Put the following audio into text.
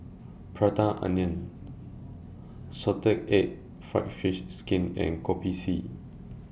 Prata Onion Salted Egg Fried Fish Skin and Kopi C